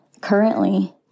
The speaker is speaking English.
currently